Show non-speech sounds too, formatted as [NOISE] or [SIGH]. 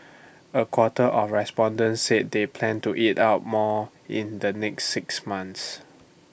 [NOISE] A quarter of respondents said they plan to eat out more in the next six months